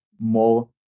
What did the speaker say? more